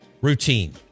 routine